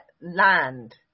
land